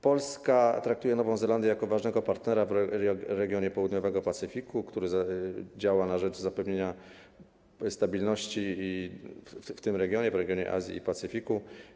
Polska traktuje Nową Zelandię jako ważnego partnera w regionie południowego Pacyfiku, który działa na rzecz zapewnienia stabilności w tym regionie, w regionie Azji i Pacyfiku.